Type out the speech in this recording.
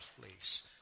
place